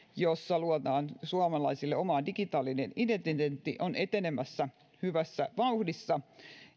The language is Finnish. jossa luodaan suomalaisille oma digitaalinen identiteetti on etenemässä hyvässä vauhdissa